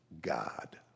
God